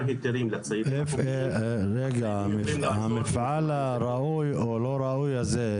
היתרים לציידים החוקיים --- המפעל הראוי או לא ראוי הזה,